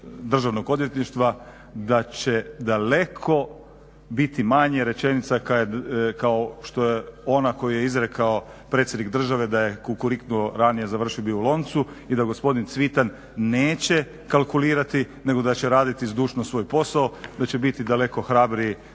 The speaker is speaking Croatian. Državnog odvjetništva da će daleko biti manje rečenica kao što je ona koju je izrekao predsjednik države da je kukuriknuo ranije završio bi u loncu i da gospodin Cvitan neće kalkulirati nego da će raditi zdušno svoj posao, da će biti daleko hrabriji